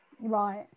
right